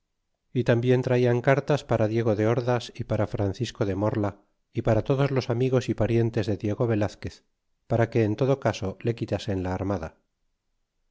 y tambien traian cartas para diego de ordas y para francisco de mona y para todos los amigos y parientes del diego velazquez para que en todo caso le quitasen la armada